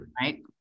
right